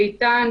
איתן,